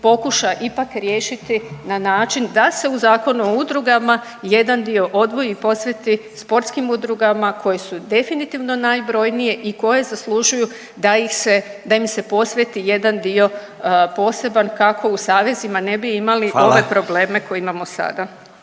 pokuša ipak riješiti na način da se u Zakon o udrugama jedan dio odvoji o posveti sportskim udrugama koje su definitivno najbrojnije i koje zaslužuju da im se posveti jedan dio poseban kako u savezima ne bi imali ove probleme koje imamo sada.